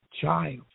child